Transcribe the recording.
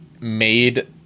made